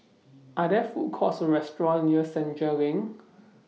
Are There Food Courts Or restaurants near Senja LINK